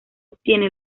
obtiene